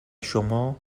شما